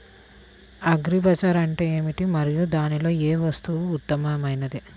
Agri bazaar అంటే ఏమిటి మరియు దానిలో ఏ వస్తువు ఉత్తమమైనది?